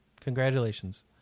Congratulations